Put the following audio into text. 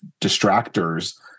distractors